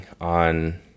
on